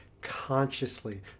consciously